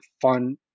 fun